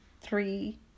three